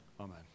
Amen